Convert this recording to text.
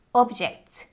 objects